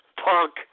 Punk